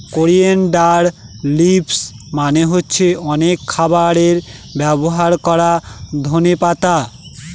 coriander leaves মানে হচ্ছে অনেক খাবারে ব্যবহার করা ধনে পাতা